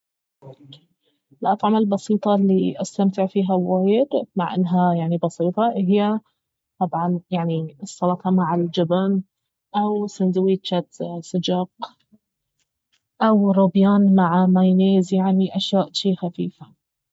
الأطعمة البسيطة الي استمتع فيها وايد مع انها يعني بسيطة اهي طبعا يعني السلطة مع الجبن او سندويجة سجق او روبيان مع مايونيز أشياء جي يعني خفيفة